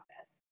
office